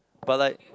but like